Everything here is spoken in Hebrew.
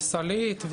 וסלעית,